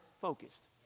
focused